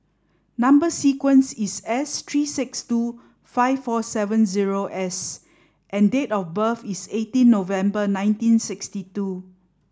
number sequence is S three six two five four seven zero S and date of birth is eighteen November nineteen sixty two